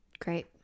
Great